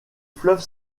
fleuve